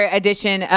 edition